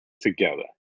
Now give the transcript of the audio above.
together